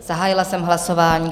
Zahájila jsem hlasování.